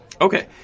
Okay